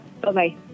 Bye-bye